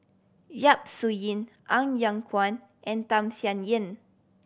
Yap Su Yin Ng Yat Chuan and Tham Sien Yen